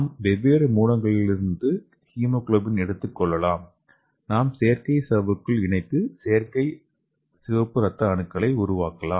நாம் வெவ்வேறு மூலங்களிலிருந்து ஹீமோகுளோபின் எடுத்துக்கொள்ளலாம் நாம் செயற்கை சவ்வுக்குள் இணைத்து செயற்கை சிவப்பு ரத்த அணுக்களை உருவாக்கலாம்